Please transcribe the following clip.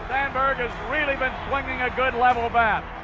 sandberg has really been swinging a good level bat.